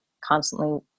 constantly